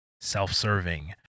self-serving